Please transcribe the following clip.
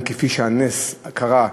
כפי שהנס קרה,